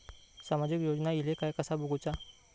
सामाजिक योजना इले काय कसा बघुचा?